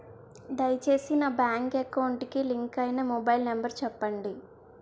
దయచేసి నా bank account కి లింక్ అయినా మొబైల్ నంబర్ చెప్పండి